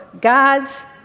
God's